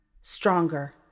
Stronger